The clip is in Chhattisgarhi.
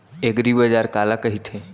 एगरीबाजार काला कहिथे?